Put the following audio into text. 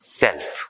self